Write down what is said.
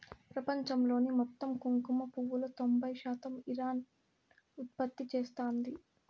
ప్రపంచంలోని మొత్తం కుంకుమ పువ్వులో తొంబై శాతం ఇరాన్ ఉత్పత్తి చేస్తాంది